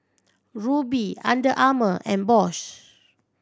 Rubi Under Armour and Bose